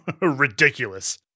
Ridiculous